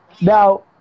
Now